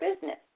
business